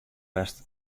west